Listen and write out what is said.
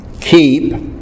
keep